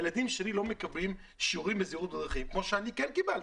הילדים שלי לא מקבלים שיעורים בזהירות בדרכים כמו שאני כן קיבלתי.